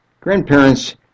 Grandparents